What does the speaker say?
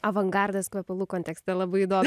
avangardas kvepalų kontekste labai įdomiai